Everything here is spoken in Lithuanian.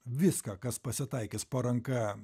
viską kas pasitaikys po ranka